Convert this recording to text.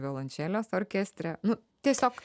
violončelės orkestre nu tiesiog